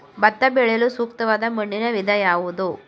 ಭತ್ತ ಬೆಳೆಯಲು ಸೂಕ್ತವಾದ ಮಣ್ಣಿನ ವಿಧ ಯಾವುದು?